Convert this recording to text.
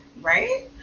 Right